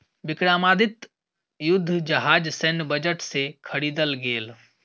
विक्रमादित्य युद्ध जहाज सैन्य बजट से ख़रीदल गेल